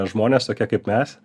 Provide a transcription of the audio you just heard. žmonės tokie kaip mes